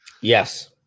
Yes